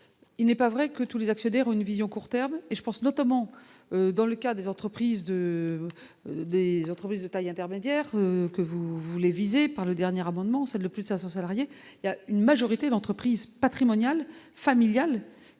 il n'est pas vrai que tous les actionnaires une vision court terme et je pense notamment dans le cas des entreprises, des entreprises de taille intermédiaire, que vous voulez, visée par le dernier amendement, celles de plus de 500 salariés il y a une majorité d'entreprises patrimoniales familiale